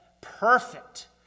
perfect